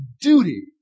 duty